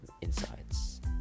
insights